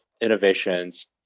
innovations